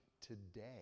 today